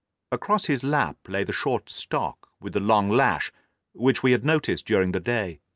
across his lap lay the short stock with the long lash which we had noticed during the day.